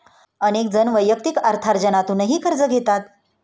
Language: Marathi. अनेक जण वैयक्तिक अर्थार्जनातूनही कर्ज घेतात